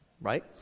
Right